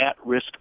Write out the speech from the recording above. at-risk